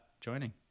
joining